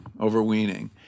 overweening